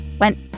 went